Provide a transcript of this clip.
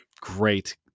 great